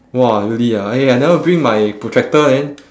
!wah! really ah eh I never bring my protractor man